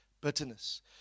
bitterness